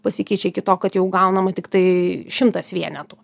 pasikeičia iki to kad jau gaunama tiktai šimtas vienetų